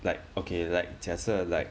like okay like 假设 like